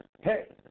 Hey